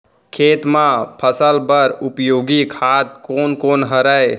खेत म फसल बर उपयोगी खाद कोन कोन हरय?